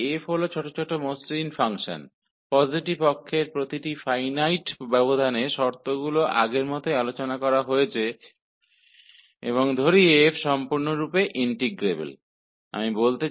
मान लीजिए positive axis के प्रत्येक फाइनाइट इंटरवल पर f एक पिस वाइज स्मूथ फंक्शन है कंडीशंस वैसी ही हैं जैसी कि पहले चर्चा की गई थी और f को पूर्ण रूप से इन्टग्रबल होने दें